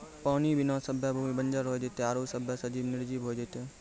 पानी बिना सभ्भे भूमि बंजर होय जेतै आरु सभ्भे सजिब निरजिब होय जेतै